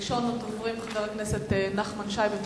ראשון הדוברים, חבר הכנסת נחמן שי, בבקשה.